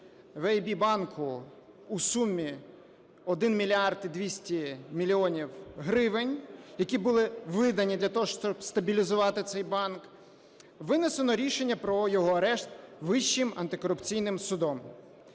Банку" у сумі 1 мільярд 200 мільйонів гривень, які були видані для того, щоб стабілізувати цей банк, вВинесено рішення про його арешт Вищим антикорупційним судом.